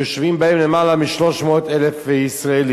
יושבים בהם למעלה מ-300,000 ישראלים,